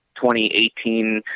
2018